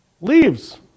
Leaves